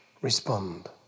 respond